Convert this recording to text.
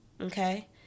okay